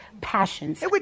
passions